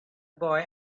boy